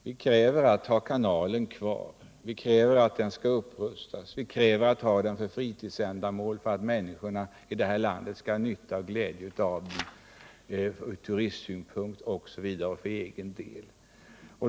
Vi kräver ju att få ha kanalen kvar, vi kräver att den skall upprustas, vi kräver att den skall stå till förfogande för fritidsändamål för att människorna i det här landet skall ha nytta och glädje av den, från turistsynpunkt och för egen del.